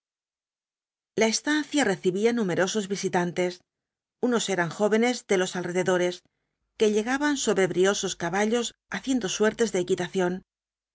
la estancia recibía numerosos visitantes unos eran jóvenes de los alrededores que llegaban sobre briosos caballos haciendo suertes de equitación